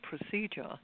procedure